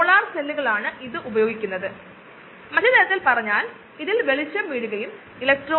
അതാണ് കൂടുതൽ അർത്ഥവത്താക്കുന്നത് കാരണം ഈ കോശങ്ങൾ ഉൽപ്പന്നങ്ങൾ നിർമ്മിക്കുന്ന യഥാർത്ഥ ഫാക്ടറികളാണ്